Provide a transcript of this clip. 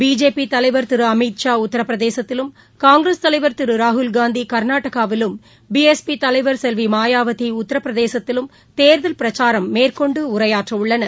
பிஜேபிதலைவர் உத்திரபிரதேசத்திலும் காங்கிரஸ் திருஅமித்ஷா தலைவர் திருராகுல்காந்திகா்நாடகாவிலும் பி எஸ் பிதலைவர் செல்விமாயாவதிஉத்திரபிரதேசத்திலும் தேர்தல் பிரச்சாரம் மேற்கொண்டுஉரையாற்றஉள்ளனர்